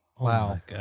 wow